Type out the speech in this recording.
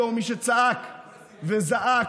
בתור מי שצעק וזעק,